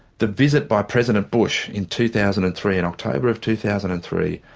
the visit by president bush in two thousand and three in october of two thousand and three,